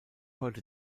heute